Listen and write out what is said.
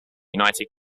united